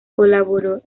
colaboró